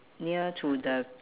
near to the